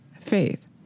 faith